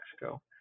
Mexico